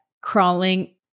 crawling